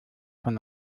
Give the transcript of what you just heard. von